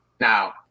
Now